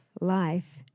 life